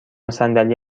صندلی